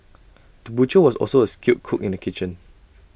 the butcher was also A skilled cook in the kitchen